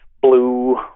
blue